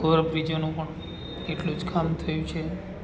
ઓવરબ્રિજોનું પણ એટલું જ કામ થયું છે